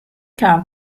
car